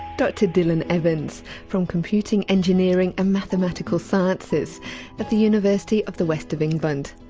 dr dylan evans from computing, engineering and mathematical sciences at the university of the west of england.